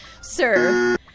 sir